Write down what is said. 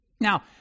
Now